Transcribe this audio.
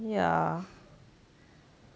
ya